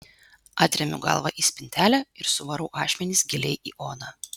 atremiu galvą į spintelę ir suvarau ašmenis giliai į odą